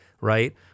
right